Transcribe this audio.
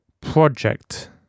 project